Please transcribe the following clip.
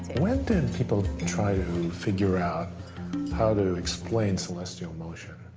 when did people tried to figure out how to explain celestial motion?